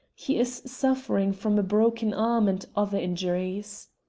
he is suffering from a broken arm and other injuries.